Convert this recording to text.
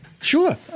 Sure